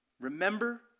Remember